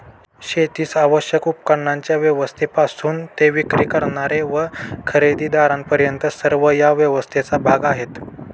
शेतीस आवश्यक उपकरणांच्या व्यवस्थेपासून ते विक्री करणारे व खरेदीदारांपर्यंत सर्व या व्यवस्थेचा भाग आहेत